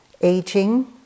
Aging